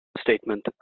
statement